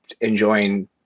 enjoying